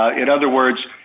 ah in other words,